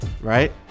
right